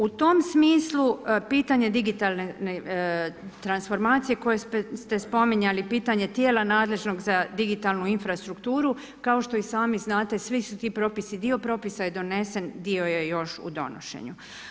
U tom smislu pitanje digitalne transformacije koje ste spominjali i pitanje tijela nadležnog za digitalnu infrastrukturu, kao što i sami znate, svi su ti propisi, dio propisa je donesen, dio je još u donošenju.